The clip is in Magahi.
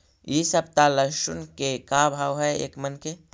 इ सप्ताह लहसुन के का भाव है एक मन के?